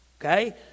okay